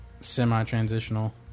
semi-transitional